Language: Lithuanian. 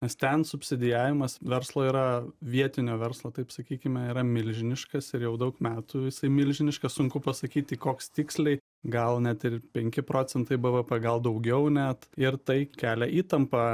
nes ten subsidijavimas verslo yra vietinio verslo taip sakykime yra milžiniškas ir jau daug metų jisai milžiniškas sunku pasakyti koks tiksliai gal net ir penki procentai bvp gal daugiau net ir tai kelia įtampą